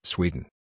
Sweden